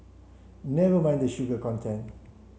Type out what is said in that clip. never mind the sugar content